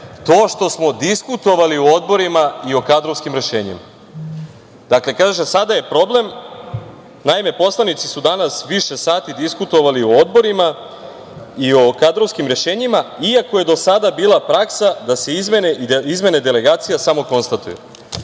to što smo diskutovali o odborima i o kadrovskim rešenjima. Dakle, sada je problem, naime, poslanici su danas više sati diskutovali o odborima i o kadrovskim rešenjima, iako je do sada bila praksa da se izmene delegacija samo konstatuju. Hajde,